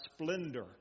splendor